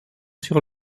sur